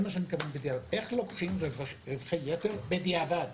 איך לוקחים רווחי יתר בדיעבד